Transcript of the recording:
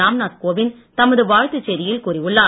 ராம்நாத் கோவிந்த் தமது வாழ்த்துச் செய்தியில் கூறியுள்ளார்